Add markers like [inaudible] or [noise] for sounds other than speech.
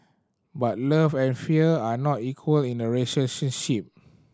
but love and fear are not equal in a [unintelligible]